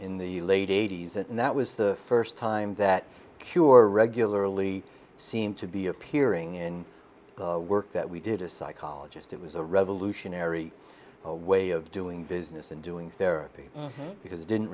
in the late eighty's and that was the first time that cured regularly seemed to be appearing in the work that we did a psychologist it was a revolutionary way of doing business and doing therapy because it didn't